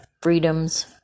freedoms